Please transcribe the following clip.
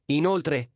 inoltre